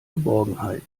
geborgenheit